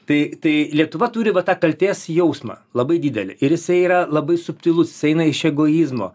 tai tai lietuva turi va tą kaltės jausmą labai didelį ir jisai yra labai subtilus jis eina iš egoizmo